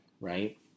Right